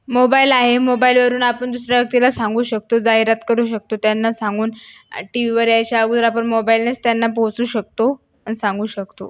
mobile आहे मोबाईलवरून आपण दुसऱ्या व्यक्तीला सांगू शकतो जाहिरात करू शकतो त्यांना सांगून टीव्हीवर यायच्या अगोदर आपण मोबाईलनेच त्यांना पोहचू शकतो आणि सांगू शकतो